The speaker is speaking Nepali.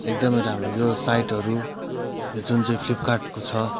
एकदमै राम्रो यो साइटहरू यो जुन चाहिँ फ्लिपकार्टको छ